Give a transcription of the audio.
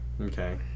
Okay